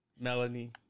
Melanie